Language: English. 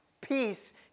peace